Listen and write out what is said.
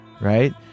right